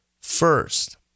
first